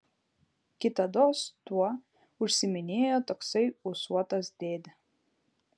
kitados tuo užsiiminėjo toksai ūsuotas dėdė